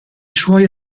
suoi